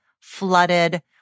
flooded